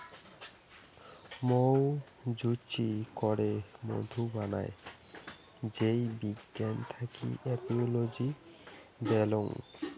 মৌ মুচি করে মধু বানাবার যেই বিজ্ঞান থাকি এপিওলোজি বল্যাং